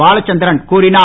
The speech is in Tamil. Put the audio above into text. பாலச்சந்திரன் கூறினார்